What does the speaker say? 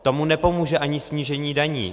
Tomu nepomůže ani snížení daní.